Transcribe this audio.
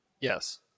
Yes